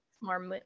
more